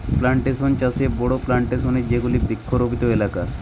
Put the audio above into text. plantation চাষে বড়ো plantation এ যেগুলি বৃক্ষরোপিত এলাকা